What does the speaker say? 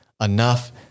enough